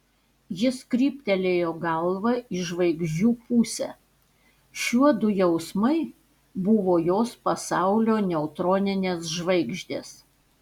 jis kryptelėjo galvą į žvaigždžių pusę šiuodu jausmai buvo jos pasaulio neutroninės žvaigždės